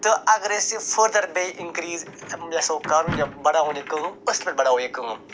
تہٕ اَگر أسۍ یہِ فٔردَر بیٚیہِ اِنٛکیٖز یژھَو کَرُن یا بڑاوُن یہِ کٲم أسۍ کِتھ پٲٹھۍ بڑاوو یہِ کٲم